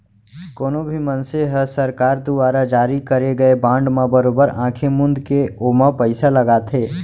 कोनो भी मनसे ह सरकार दुवारा जारी करे गए बांड म बरोबर आंखी मूंद के ओमा पइसा लगाथे